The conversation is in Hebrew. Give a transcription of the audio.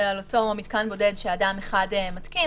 על אותו מתקן בודד שאדם אחד מתקין,